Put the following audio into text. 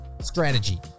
strategy